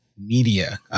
media